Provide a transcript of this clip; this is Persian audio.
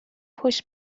پشت